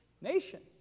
nations